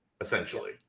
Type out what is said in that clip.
essentially